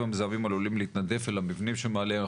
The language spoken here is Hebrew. המזהמים עלולים להתנדף אל המבנים שמעליהם.